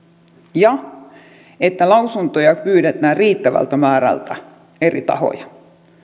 ja että lausuntoja pyydetään riittävältä määrältä eri tahoja